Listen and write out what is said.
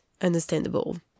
understandable